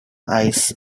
eyes